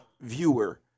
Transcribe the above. viewer